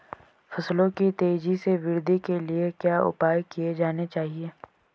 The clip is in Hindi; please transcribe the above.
फसलों की तेज़ी से वृद्धि के लिए क्या उपाय किए जाने चाहिए?